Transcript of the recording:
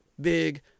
big